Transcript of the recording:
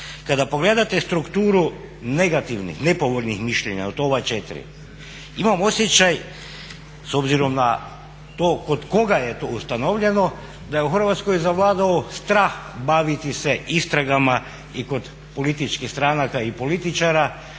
Kada pogledate strukturu negativnih, nepovoljnih mišljenja od ova četiri imam osjećaj s obzirom na to kod koga je to ustanovljeno da je u Hrvatskoj zavladao strah baviti se istragama i kod političkih stranaka i političara